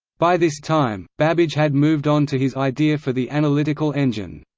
by this time, babbage had moved on to his idea for the analytical engine.